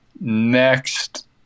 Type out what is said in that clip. next